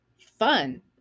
fun